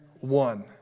one